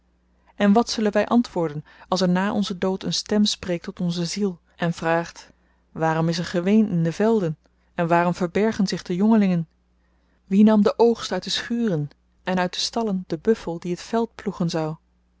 en wat zullen wy antwoorden als er na onzen dood een stem spreekt tot onze ziel en vraagt waarom is er geween in de velden en waarom verbergen zich de jongelingen wie nam den oogst uit de schuren en uit de stallen den buffel die het veld ploegen zou